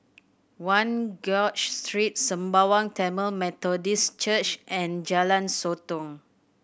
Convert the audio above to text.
One George Street Sembawang Tamil Methodist Church and Jalan Sotong